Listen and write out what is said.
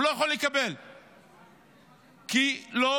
הוא לא